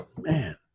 man